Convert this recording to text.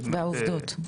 והעובדות.